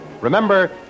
Remember